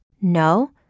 No